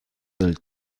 del